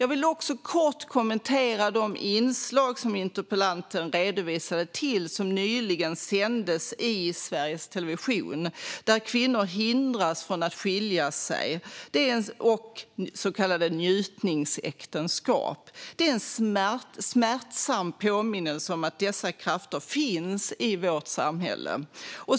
Jag vill också kort kommentera de inslag som interpellanten redogjorde för och som nyligen sändes i Sveriges Television. Där visades hur kvinnor hindras från att skilja sig, och man skildrade så kallade njutningsäktenskap. Det är en smärtsam påminnelse om att dessa krafter finns i vårt samhälle.